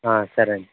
సరేనండి